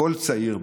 כל צעיר,